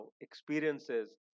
experiences